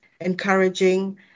encouraging